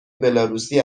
بلاروسی